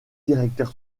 directeur